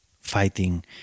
fighting